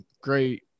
great